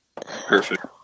Perfect